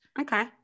okay